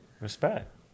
Respect